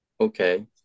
okay